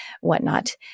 whatnot